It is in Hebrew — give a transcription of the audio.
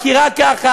כי רק ככה,